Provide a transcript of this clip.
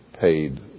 paid